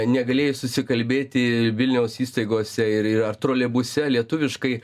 negalėjai susikalbėti vilniaus įstaigose ir ar troleibuse lietuviškai